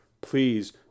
please